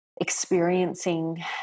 experiencing